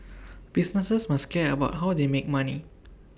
businesses must care about how they make money